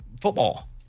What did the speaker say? football